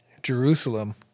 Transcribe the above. Jerusalem